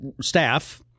staff